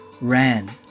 ran